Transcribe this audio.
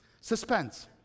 suspense